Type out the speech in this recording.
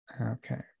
Okay